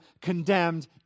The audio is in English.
condemned